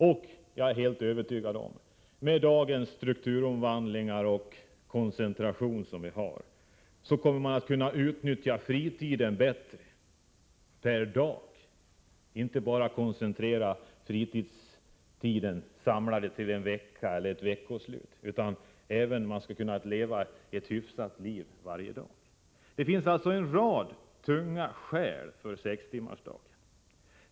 Jag är också helt övertygad om att med dagens strukturomvandlingar och koncentration kommer man att kunna utnyttja fritiden bättre per dag, inte bara koncentrera fritiden till en vecka eller ett veckoslut. Man skall kunna leva ett hyfset liv varje dag. Det finns alltså en rad tunga skäl för sextimmarsdagen.